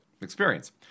experience